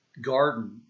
garden